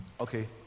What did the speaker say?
Okay